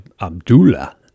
Abdullah